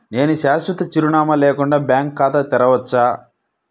నేను శాశ్వత చిరునామా లేకుండా బ్యాంక్ ఖాతా తెరవచ్చా?